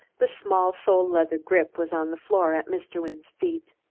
the small sole-leather grip was on the floor at mr. wynne's feet.